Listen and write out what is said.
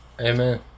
Amen